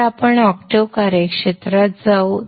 तर आपण ऑक्टेव्ह कार्यक्षेत्रात जाऊ